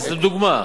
זו דוגמה.